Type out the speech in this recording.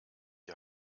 die